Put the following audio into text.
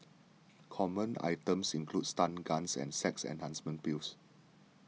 common items included stun guns and sex enhancement pills